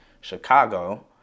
Chicago